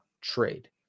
trade